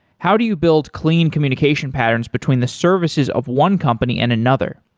how do you build clean communication patterns between the services of one company and another?